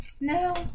No